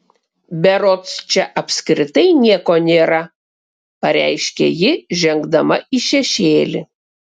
berods čia apskritai nieko nėra pareiškė ji žengdama į šešėlį